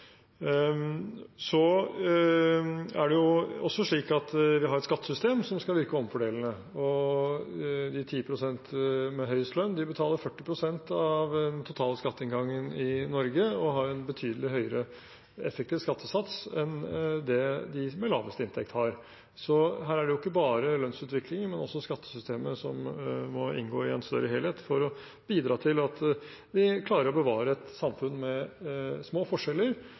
Det er også slik at vi har et skattesystem som skal virke omfordelende. De ti prosentene med høyest lønn betaler 40 pst. av den totale skatteinngangen i Norge og har en betydelig høyere effektiv skattesats enn det de med lavest inntekt har. Så her er det jo ikke bare lønnsutviklingen, men også skattesystemet som må inngå i en større helhet for å bidra til at vi klarer å bevare et samfunn med små forskjeller,